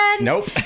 Nope